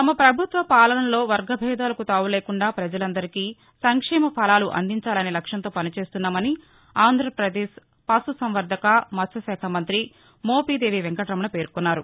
తమ ప్రభుత్వ పాలనలో వర్గభేదాలు లేకుండా ప్రజలందరికీ సంక్షేమ ఫలాలు అందించాలనే లక్ష్మంతో పని చేస్తున్నామని ఆంధ్రపదేశ్ పశు సంవర్గక మత్స్వశాఖ మంత్రి మోపిదేవి వెంకటరమణ పేర్కొన్నారు